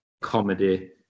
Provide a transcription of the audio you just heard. comedy